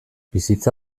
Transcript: bizitza